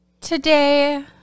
Today